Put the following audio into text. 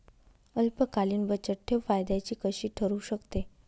अल्पकालीन बचतठेव फायद्याची कशी ठरु शकते?